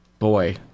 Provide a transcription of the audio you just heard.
Boy